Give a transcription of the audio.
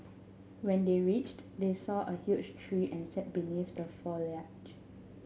when they reached they saw a huge tree and sat beneath the foliage